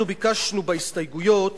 אנחנו ביקשנו בהסתייגויות